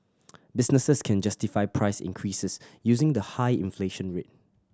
businesses can justify price increases using the high inflation rate